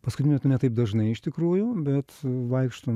paskutiniu metu ne taip dažnai iš tikrųjų bet vaikštom